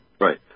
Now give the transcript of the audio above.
Right